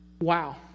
Wow